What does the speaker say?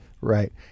Right